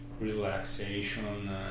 relaxation